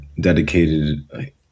dedicated